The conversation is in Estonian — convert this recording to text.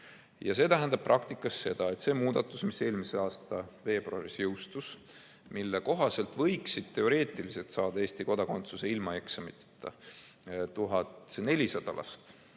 Ja see tähendab praktikas seda, et see muudatus, mis eelmise aasta veebruaris jõustus ja mille kohaselt võiksid teoreetiliselt saada Eesti kodakondsuse ilma eksamiteta 1400 last,